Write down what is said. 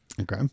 Okay